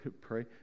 pray